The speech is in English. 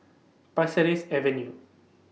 Pasir Ris Avenue